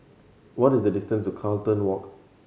what is the distance to Carlton Walk